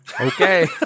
Okay